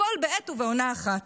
הכול בעת ובעונה אחת.